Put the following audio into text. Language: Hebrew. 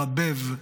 על מרבב,